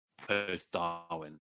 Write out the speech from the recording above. post-Darwin